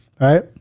right